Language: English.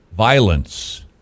Violence